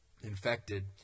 infected –